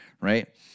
right